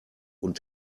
und